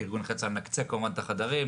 כארגון נכי צה"ל נקצה כמובן את החדרים,